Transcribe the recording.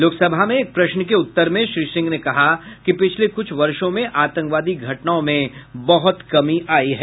लोकसभा में एक प्रश्न के उत्तर में श्री सिंह ने कहा कि पिछले कुछ वर्षों में आतंकवादी घटनाओं में बहुत कमी आई है